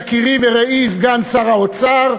יקירי ורעי סגן שר האוצר,